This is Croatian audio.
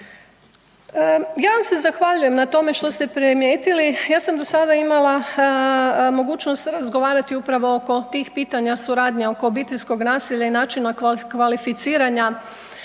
Ja vam se zahvaljujem na tome što ste primijetili. Ja sam do sada imala mogućnost razgovarati upravo oko tih pitanja suradnje oko obiteljskog nasilja i načina kvalificiranja